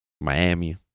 Miami